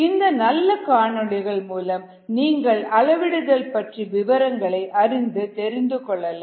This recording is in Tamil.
இந்த நல்ல காணொளிகள் மூலம் நீங்கள் அளவிடுதல் பற்றிய விபரங்களை அறிந்து கொள்ளலாம்